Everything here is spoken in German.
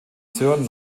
sören